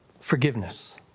forgiveness